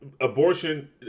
abortion